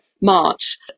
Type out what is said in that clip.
March